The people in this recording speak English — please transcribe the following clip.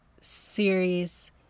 series